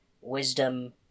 wisdom